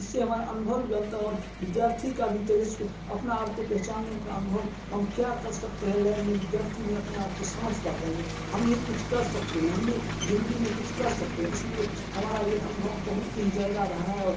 इससे हमारा अनुभव भी बनता है और विद्यार्थी का तेजस्व अपना आप को पहचानने का अनुभव हम क्या कर सकते है लाइम में विद्यार्थी वह अपने आप को समझ पाता है जो हम भी कुछ कर सकते हैं हम भी जिंदगी में कुछ कर सकते है इसलिए हमारा ये अनभव बहुत ही ज़्यादा रहा है और